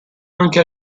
anche